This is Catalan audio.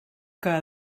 que